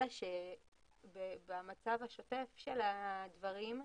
אלא שבמצב השוטף של הדברים,